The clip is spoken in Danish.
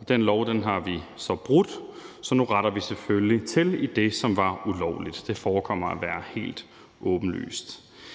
og den lov har vi så brudt, så nu retter vi selvfølgelig til i det, som var ulovligt. Det forekommer at være helt åbenlyst.